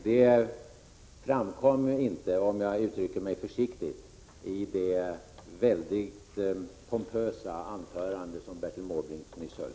Detta framkom inte — om jag uttrycker mig försiktigt — i det väldigt pompösa anförande som Bertil Måbrink nyss höll.